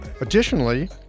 Additionally